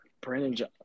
Brandon